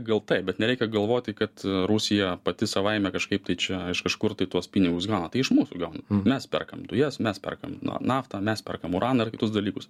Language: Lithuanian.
gal taip bet nereikia galvoti kad rusija pati savaime kažkaip tai čia iš kažkur tai tuos pinigus gauna tai jie iš mūsų gauna mes perkam dujas mes perkam naftą mes perkam uraną ir kitus dalykus